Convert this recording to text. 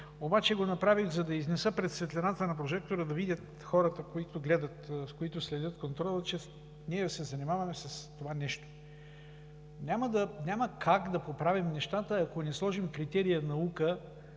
го обаче, за да излезе пред светлината на прожектора, да видят хората, които следят контрола, че ние се занимаваме с това нещо. Няма как да поправим нещата, ако не сложим критерия „наука“.